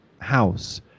house